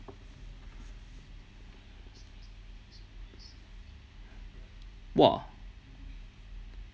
!wah!